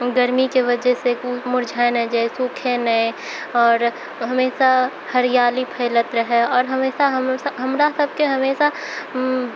गर्मीके वजहसँ फूल मुरझाइ नहि जाइ सुखै नहि आओर हमेशा हरियाली फैलैत रहै आओर हमेशा हम हमरा सबके हमेशा